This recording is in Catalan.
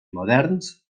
moderns